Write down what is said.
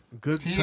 Good